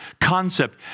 concept